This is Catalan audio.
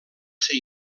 ser